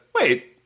Wait